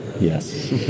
Yes